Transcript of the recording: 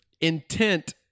intent